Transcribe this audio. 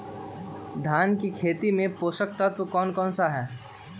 धान की खेती में पोषक तत्व कौन कौन सा है?